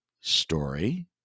story